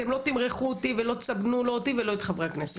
אתם לא תמרחו אותי ולא תסבנו לא אותי ולא את חברי הכנסת.